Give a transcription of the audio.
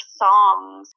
songs